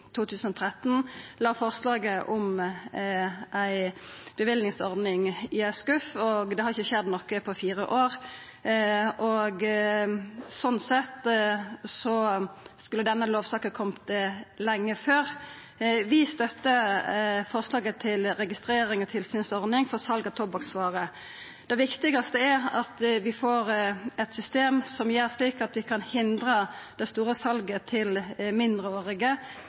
2013 la forslaget om ei bevillingsordning i ein skuff og det ikkje skjedde noko på fire år. Sånn sett skulle denne lovsaka ha kome lenge før. Vi støttar forslaget om registrerings- og tilsynsordning for sal av tobakksvarer. Det viktigaste er at vi får eit system som gjer at vi kan hindra det store salet til mindreårige.